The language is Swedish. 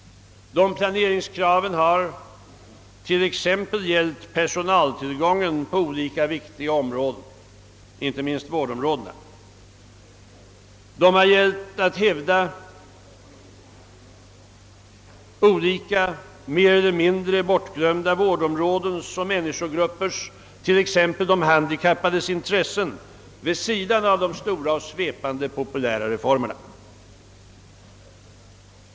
Dessa planeringskrav har gällt t.ex. personaltillgången på olika viktiga områden, inte minst vårdområdena. Kraven har gällt hävdandet av olika mer eller mindre bortglömda vårdområdens och männi skogruppers — t.ex. de handikappades — intressen, vid sidan om de stora och svepande, populära reformerna.